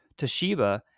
Toshiba